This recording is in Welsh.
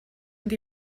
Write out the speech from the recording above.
mynd